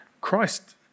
Christ